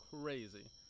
crazy